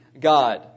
God